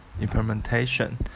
implementation